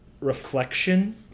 reflection